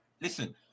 Listen